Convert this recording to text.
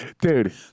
Dude